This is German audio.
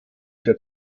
der